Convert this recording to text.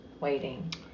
waiting